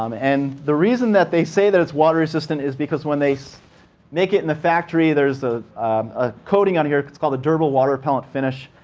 um and the reason that they say that it's water resistant is because when they so make it in the factory, there's a coating on here that's called a durable water repellent finish,